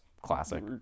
classic